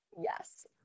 Yes